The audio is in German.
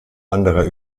anderer